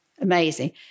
Amazing